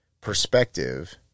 perspective